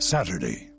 Saturday